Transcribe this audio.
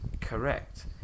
Correct